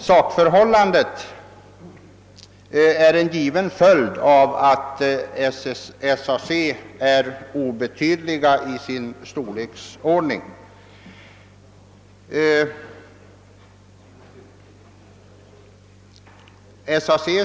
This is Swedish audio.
Sakförhållandet är en given följd av den obetydliga roll som SAC spelar på arbetsmarknaden.